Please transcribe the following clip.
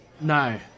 No